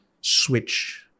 switch